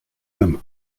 them